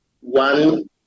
one